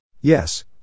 Yes